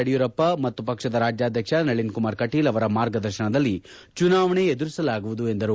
ಯಡಿಯೂರಪ್ಪ ಮತ್ತು ಪಕ್ಷದ ರಾಜ್ಯಾಧ್ಯಕ್ಷ ನಳಿನ್ ಕುಮಾರ್ ಕಟೀಲ್ ಅವರ ಮಾರ್ಗದರ್ಶನದಲ್ಲಿ ಚುನಾವಣೆ ಎದುರಿಸಲಾಗುವುದು ಎಂದರು